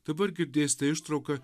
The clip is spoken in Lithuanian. dabar girdėsite ištrauką